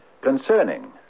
Concerning